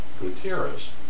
Gutierrez